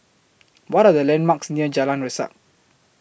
What Are The landmarks near Jalan Resak